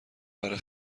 برای